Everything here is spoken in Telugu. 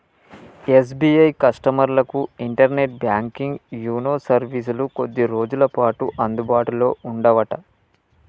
ఎస్.బి.ఐ కస్టమర్లకు ఇంటర్నెట్ బ్యాంకింగ్ యూనో సర్వీసులు కొద్ది రోజులపాటు అందుబాటులో ఉండవట